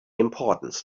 importance